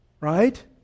Right